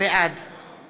בעד